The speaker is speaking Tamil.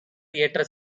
ஏற்ற